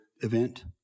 event